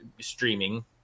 streaming